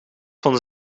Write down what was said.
van